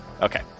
Okay